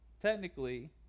technically